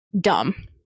dumb